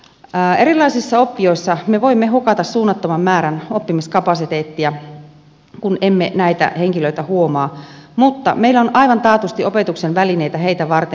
erilaisissa oppijoissa me voimme hukata suunnattoman määrän oppimiskapasiteettia kun emme näitä henkilöitä huomaa mutta meillä on aivan taatusti opetuksen välineitä heitä varten